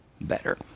better